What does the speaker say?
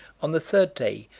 on the third day,